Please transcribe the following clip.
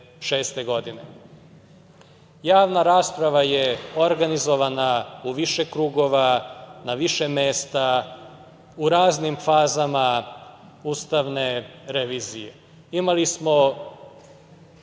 rasprava je organizovana u više krugova, na više mesta, u raznim fazama ustavne revizije. Imali smo